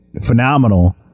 phenomenal